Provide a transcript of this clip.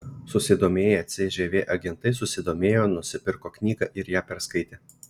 susidomėję cžv agentai susidomėjo nusipirko knygą ir ją perskaitė